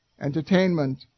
Entertainment